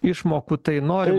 išmokų tai nori